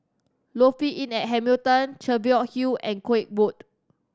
Lofi Inn at Hamilton Cheviot Hill and Koek Road